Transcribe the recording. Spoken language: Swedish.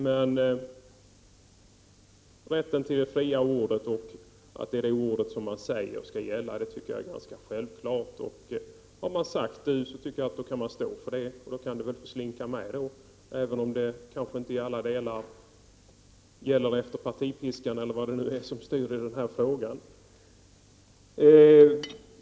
Men rätten till det fria ordet och att det är det ordet som man säger skall gälla det tycker jag är ganska självklart, och har man sagt du tycker jag att då kan man stå för det och då kan det väl få slinka med då även om det kanske inte i alla delar gäller efter partipiskan eller vad det nu är som stod i den här frågan.